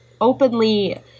openly